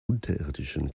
unterirdischen